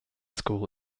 school